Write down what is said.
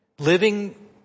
Living